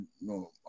no